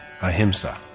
ahimsa